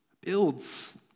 builds